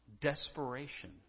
desperation